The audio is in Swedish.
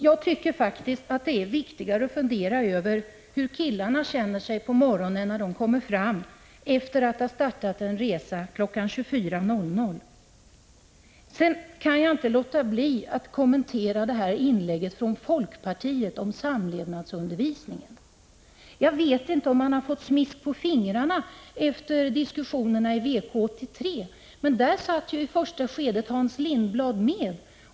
Det är faktiskt viktigare att fundera över hur de värnpliktiga känner sig på morgonen när de kommer fram efter ha startat sin resa kl. 24.00. Jag kan inte låta bli att kommentera folkpartiets inlägg om samlevnadsundervisningen. Kanske har man fått smisk på fingrarna efter diskussionerna i VK-83, där Hans Lindblad i första skedet var med.